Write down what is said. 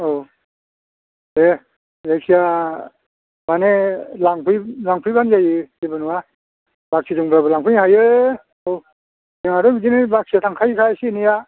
औ दे जायखिया मानि लांफैबानो जायो जेबो नङा बाखि दोनबाबो लांफै हायो औ जोंहाथ' बिदिनो बाखिया थांखायोखा एसे एनैया